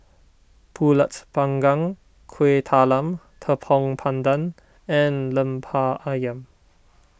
Pulut Panggang Kueh Talam Tepong Pandan and Lemper Ayam